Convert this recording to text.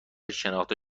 شناخته